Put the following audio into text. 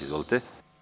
Izvolite.